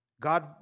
God